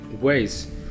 ways